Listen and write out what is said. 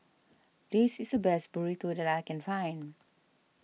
this is the best Burrito that I can find